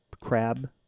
crab